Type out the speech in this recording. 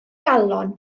galon